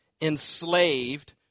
enslaved